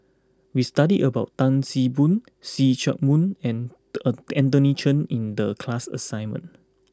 we studied about Tan See Boo See Chak Mun and a Anthony Chen in the class assignment